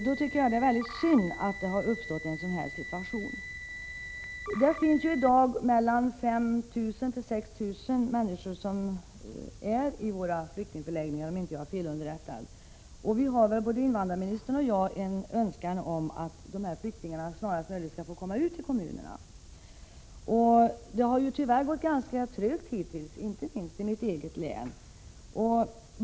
Då tycker jag det är synd att det har uppstått en sådan här situation. Det finns i dag mellan 5 000 och 6 000 människor i våra flyktingförläggningar, om jag inte är felunderrättad. Både invandrarministern och jag har en önskan att de snarast skall få komma ut till kommunerna. Det har tyvärr gått ganska trögt hittills, inte minst i mitt eget län.